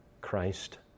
Christ